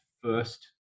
first